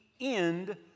end